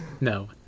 No